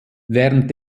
während